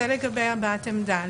זה לגבי הבעת עמדה.